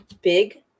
big